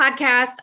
podcast